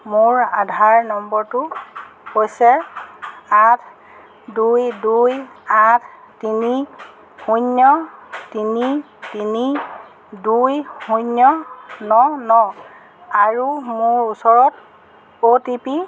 মোৰ আধাৰ নম্বৰটো হৈছে আঠ দুই দুই আঠ তিনি শূন্য তিনি তিনি দুই শূন্য ন ন আৰু মোৰ ওচৰত অ' টি পি